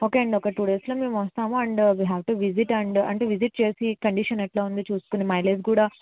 okay అండి ఒక two డేస్లో మేము వస్తాము and we have to visit and visit చేసి కండిషన్ ఎట్లా ఉందో చూసుకుని మైలేజ్ కూడా